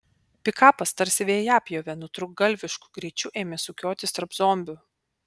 pikapas tarsi vejapjovė nutrūktgalvišku greičiu ėmė sukiotis tarp zombių